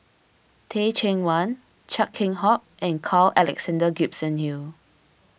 Teh Cheang Wan Chia Keng Hock and Carl Alexander Gibson Hill